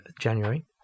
January